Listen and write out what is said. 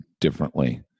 differently